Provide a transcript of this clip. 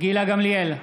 גילה גמליאל,